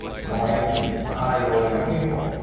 going to high-rolling people.